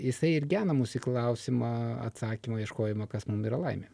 jisai ir gena mus į klausimą atsakymo ieškojimo kas mum yra laimė